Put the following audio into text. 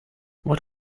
what